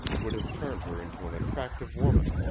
would have turned her into an attractive woman,